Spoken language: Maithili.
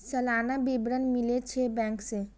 सलाना विवरण मिलै छै बैंक से?